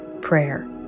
prayer